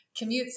commutes